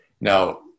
Now